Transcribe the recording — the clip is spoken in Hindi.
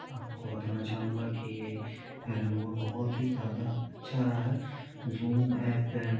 आपको बताना चाहूँगा कि मेरा अनुभव बहुत ही ज़्यादा अच्छा रहा है ज़ूम ऐप पर